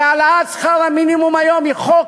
הרי העלאת שכר המינימום היום היא חוק